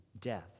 Death